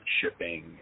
shipping